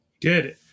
Good